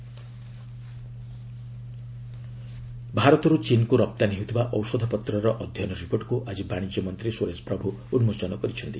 pharma exports ଭାରତରୁ ଚୀନ୍କୁ ରପ୍ତାନୀ ହେଉଥିବା ଔଷଧପତ୍ରର ଅଧ୍ୟୟନ ରିପୋର୍ଟକୁ ଆଜି ବାଶିଜ୍ୟ ମନ୍ତ୍ରୀ ସୁରେଶ ପ୍ରଭୁ ଉନ୍କୋଚନ କରିଛନ୍ତି